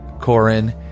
Corin